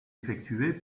effectuées